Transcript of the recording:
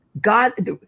God